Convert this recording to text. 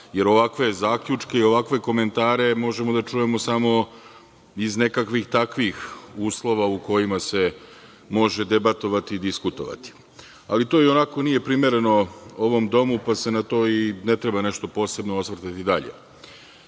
jer ovakve zaključke i ovakve komentare možemo da čujemo samo iz nekakvih takvih uslova u kojima se može debatovati i diskutovati. Ali, to ionako nije primereno ovom domu, pa se na to i ne treba nešto posebno osvrtati dalje. Ovom